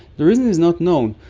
the reason is not known.